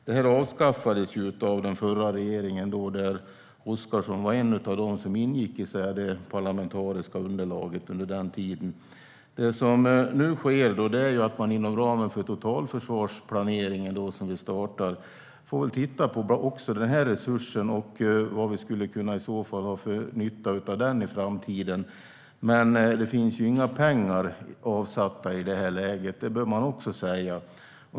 Det här avskaffades av den förra regeringen, och Oscarsson var en av dem som ingick i det parlamentariska underlaget under den tiden. Det som nu sker är att man inom ramen för totalförsvarsplaneringen som vi startar får titta på även den här resursen och vad vi skulle kunna ha för nytta av den i framtiden. Men det finns inga pengar avsatta i det här läget, bör man också säga.